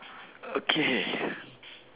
okay